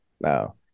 No